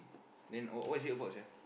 then all what is it about sia